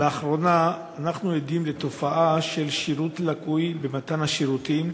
לאחרונה אנחנו עדים לתופעה של שירות לקוי במתן השירותים